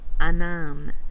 Anam